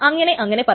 അങ്ങനെ അങ്ങനെ പറയും